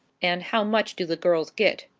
and how much do the girls get?